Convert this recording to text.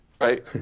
Right